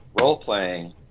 Role-playing